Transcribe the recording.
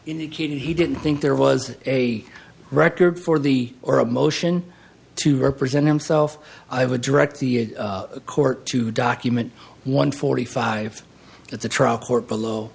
indicated he didn't think there was a record for the or a motion to represent himself i would direct the court to document one forty five at the trial court below